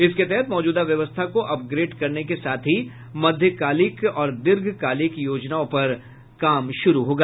इसके तहत मौजूदा व्यवस्था को अपग्रेड करने के साथ ही मध्यकालिक और दीर्घकालिक योजनाओं पर काम शुरू होगा